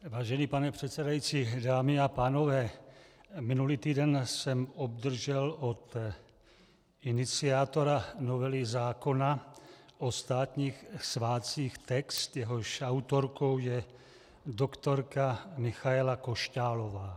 Vážený pane předsedající, dámy a pánové, minulý týden jsem obdržel od iniciátora novely zákona o státních svátcích text, jehož autorkou je doktorka Michaela Košťálová.